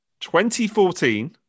2014